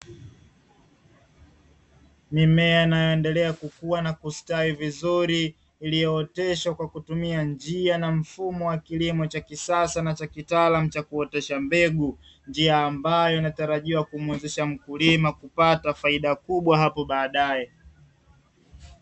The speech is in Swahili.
Mimea inayoendelea kukua na kustawi vizur,i iliyooteshwa kwa kutumia njia na mfumo wa kilimo cha kisasa na cha kitaalamu cha kutoa mbegu, njia ambayo inatarajiwa kumwezesha mkulima kupata faida kubwa hapo baadaye.